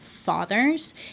fathers